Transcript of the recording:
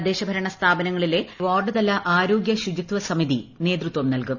തദ്ദേശഭരണ സ്ഥാപനങ്ങളിലെ വാർഡ്തല ആരോഗ്യ ശൂചിത്വ സമിതി നേതൃത്വം നൽകും